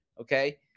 Okay